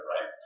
right